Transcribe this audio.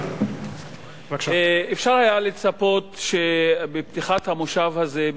אפשר היה לצפות שבפתיחת המושב הזה,